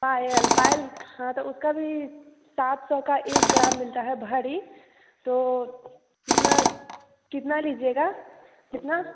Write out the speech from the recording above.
पायल पायल हाँ तो उसका भी सात सौ का एक ग्राम मिलता है भारी तो कितना कितना लीजिएगा कितना